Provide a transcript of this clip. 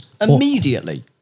immediately